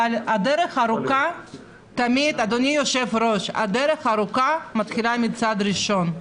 אבל הדרך הארוכה תמיד מתחילה בצעד ראשון,